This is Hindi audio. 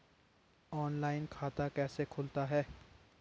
ऑनलाइन खाता कैसे खुलता है?